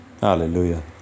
Hallelujah